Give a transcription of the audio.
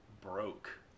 broke